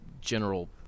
general